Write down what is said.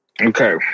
Okay